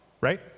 right